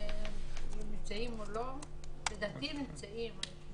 אם הם נמצאים או לא, לדעתי הם נמצאים.